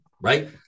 right